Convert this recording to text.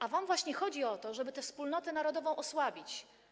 A wam właśnie chodzi o to, żeby tę wspólnotę narodową osłabić.